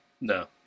No